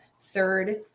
third